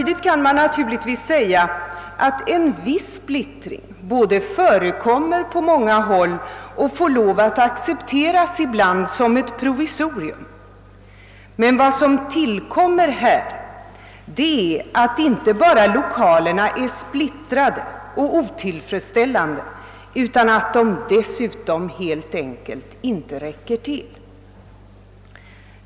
Det kan naturligtvis invändas både att en viss splittring förekommer på många håll och att en sådan ibland måste accepteras som ett provisorium. Men vad som tillkommer i detta fall är att lokalerna inte bara är splittrade och otillfredsställande, utan att de helt enkelt inte räcker till.